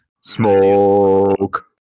Smoke